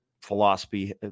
philosophy